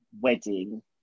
wedding